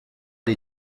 die